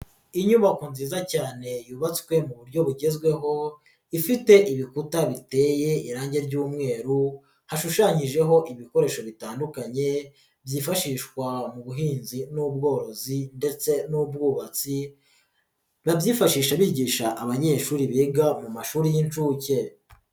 Inyubako nziza cyane yubatswe mu buryo bugezweho ifite ibikuta biteye irange ry'umweru hashushanyijeho ibikoresho bitandukanye byifashishwa mu buhinzi n'ubworozi ndetse n'ubwubatsi, babyifashisha bigisha abanyeshuri biga mu mashuri y'inshuke.